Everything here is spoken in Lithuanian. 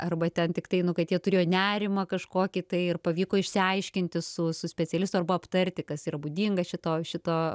arba ten tiktai nu kad jie turėjo nerimą kažkokį tai ir pavyko išsiaiškinti su su specialistu arba aptarti kas yra būdinga šito šito